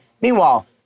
Meanwhile